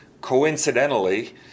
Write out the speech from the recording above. coincidentally